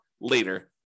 later